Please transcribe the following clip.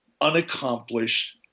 unaccomplished